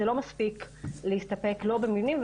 זה לא מספיק להסתפק לא במבנים,